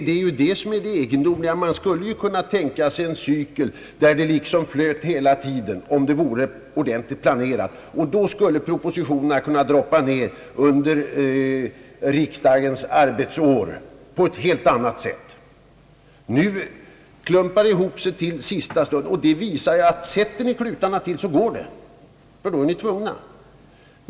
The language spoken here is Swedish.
Detta är väl ganska egendomligt — man skulle ju kunna tänka sig en cykel där det liksom flöt hela tiden; om arbetet vore ordentligt planerat skulle propositionerna kunna droppa ner under riksdagens arbetsår på ett helt annat sätt. Nu klumpar de ibop sig till sista stund, och jag tycker att den omständigheten visar, att sätter ni klutarna till så går det, för då är ni tvungna.